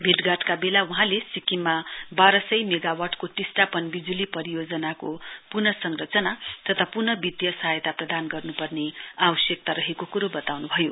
भेटघाटका बेला वहाँले सिक्किममा बाह्र सय मेगावटको टिस्टा पनविजुली परियोजनाको पुनः संरचना तथा पुनः वित्तीय सहायता प्रदान गर्नुपर्ने आवश्यकता रहेको कुरो बताउनुभयो